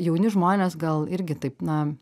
jauni žmonės gal irgi taip na